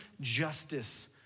justice